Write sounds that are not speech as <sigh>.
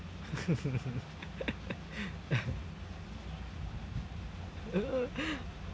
<laughs> err